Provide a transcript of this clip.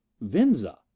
Venza